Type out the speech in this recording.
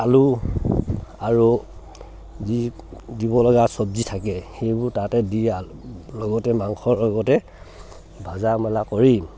আলু আৰু যি দিব লগা চব্জি থাকে সেইবোৰ তাতে দি আলু লগতে মাংসৰ লগতে ভজা মেলা কৰি